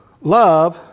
love